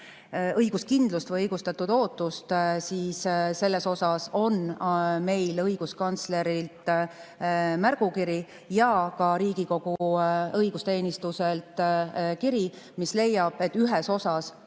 õiguskindlust või õigustatud ootust, siis selles osas on meil õiguskantslerilt märgukiri ja ka Riigikogu õigusteenistuselt kiri, mis leiab, et ühes osas võis